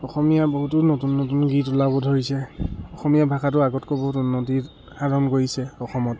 অসমীয়া বহুতো নতুন নতুন গীত ওলাব ধৰিছে অসমীয়া ভাষাটো আগতকৈ বহুত উন্নতি সাধন কৰিছে অসমত